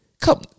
Come